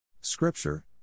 Scripture